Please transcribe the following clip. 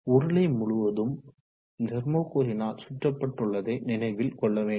உருளை முழுதும் தெர்மோகொலினால் சுற்றப்பட்டுள்ளதை நினைவில் கொள்ள வேண்டும்